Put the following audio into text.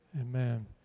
Amen